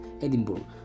Edinburgh